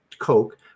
Coke